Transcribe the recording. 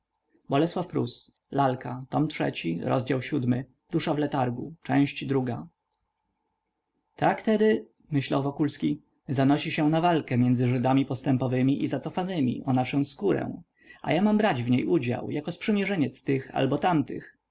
w dobroci niepojęty tak tedy myślał wokulski zanosi się na walkę między żydami postępowymi i zacofanymi o naszę skórę a ja mam brać w niej udział jako sprzymierzeniec tych albo tamtych